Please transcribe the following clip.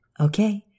Okay